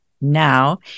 now